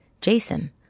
Jason